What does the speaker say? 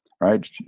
right